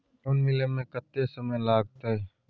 Loan मिले में कत्ते समय लागते?